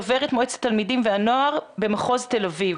דוברת מועצת תלמידים ונוער במחוז תל אביב.